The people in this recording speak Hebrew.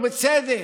ובצדק.